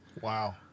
Wow